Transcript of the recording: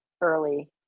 early